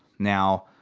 now,